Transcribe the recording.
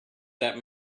that